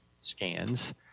scans